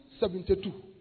1972